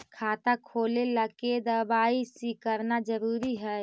खाता खोले ला के दवाई सी करना जरूरी है?